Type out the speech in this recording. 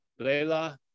Layla